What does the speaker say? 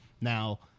Now